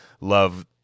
love